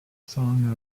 song